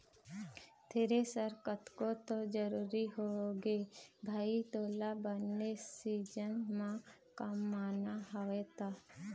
thresher तको तो जरुरी होगे भाई तोला बने सीजन म कमाना हवय त